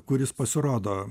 kuris pasirodo